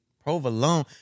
Provolone